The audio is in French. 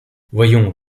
voyons